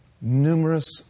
numerous